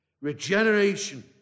regeneration